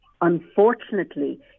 Unfortunately